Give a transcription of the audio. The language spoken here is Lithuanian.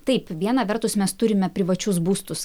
taip viena vertus mes turime privačius būstus